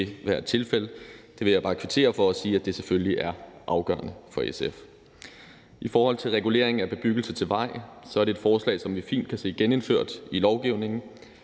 Det vil jeg bare kvittere for og sige, at det selvfølgelig er afgørende for SF. I forhold til reguleringen af bebyggelse til vej vil jeg sige, at det er et forslag, som vi fint kan se genindført i lovgivningen.